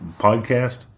podcast